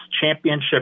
championship